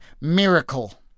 miracle